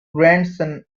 grandson